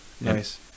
Nice